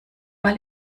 mal